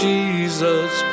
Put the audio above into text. Jesus